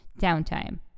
downtime